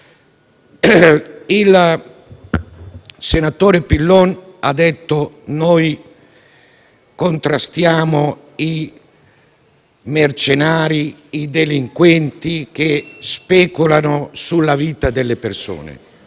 Il senatore Pillon ha detto: noi contrastiamo i mercenari, i delinquenti che speculano sulla vita delle persone.